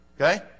okay